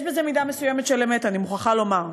יש בזה מידה מסוימת של אמת, אני מוכרחה לומר,